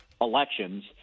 elections